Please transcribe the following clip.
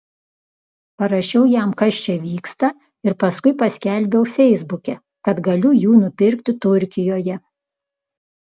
parašiau jam kas čia vyksta ir paskui paskelbiau feisbuke kad galiu jų nupirkti turkijoje